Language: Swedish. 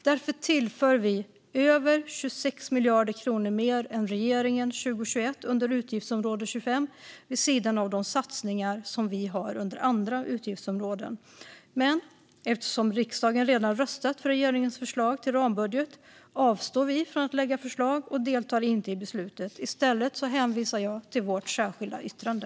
Därför tillför vi över 26 miljarder kronor mer än regeringen 2021 under utgiftsområde 25 vid sidan av de satsningar som vi har under andra utgiftsområden. Men eftersom riksdagen redan har röstat för regeringens förslag till rambudget avstår vi från att lägga förslag och deltar inte i beslutet. I stället hänvisar jag till vårt särskilda yttrande.